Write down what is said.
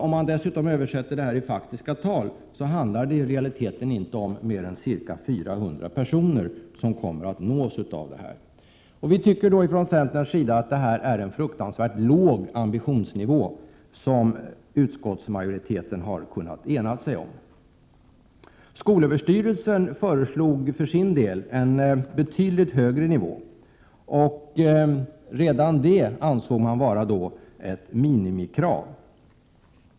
Om man dessutom översätter till faktiska tal, på TA ad så & a a vuxenutbildning för handlar det i realiteten inte om mer än ca 400 personer som får möjlighet att E å psykiskt utvecklings genomgå utbildningen. Vi tycker från centerns sida att det är en fruktansvärt låg ambitionsnivå som utskottsmajoriteten har kunnat enas om. Skolöverstyrelsen föreslog för sin del en betydligt högre nivå som redan det ansågs vara ett minimikrav.